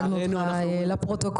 לא הצגנו אותך לפרוטוקול.